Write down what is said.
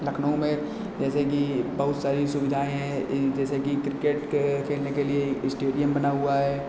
लखनऊ में जैसे कि बहुत सारी सुविधाएँ हैं यह जैसे कि क्रिकेट क खेलने के लिए इस्टैटियम बना हुआ है